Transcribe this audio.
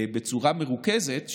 בצורה מרוכזת,